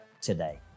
today